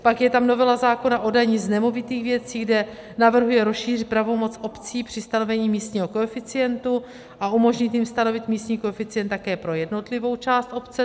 Pak je tam novela zákona o dani z nemovitých věcí, kde navrhuje rozšířit pravomoc obcí při stanovení místního koeficientu a umožnit jim stanovit místní koeficient také pro jednotlivou část obce.